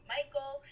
Michael